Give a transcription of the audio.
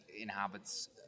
inhabits